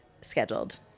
scheduled